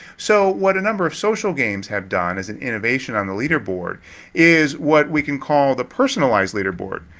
so, what a number of social games have done is an innovation on the leaderboard is what we can call the personalized leaderboard.